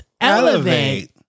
elevate